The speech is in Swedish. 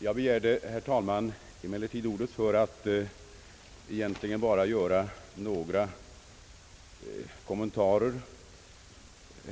Jag begärde emellertid, herr talman, ordet för att göra några kommentarer.